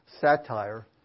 satire